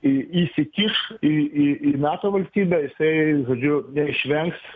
i įsikiš į į į nato valstybę jisai žodžiu neišvengs